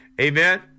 Amen